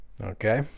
Okay